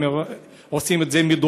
האם עושים את זה מדורג?